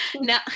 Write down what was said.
No